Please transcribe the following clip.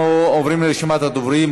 אנחנו עוברים לרשימת הדוברים.